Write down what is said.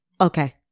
Okay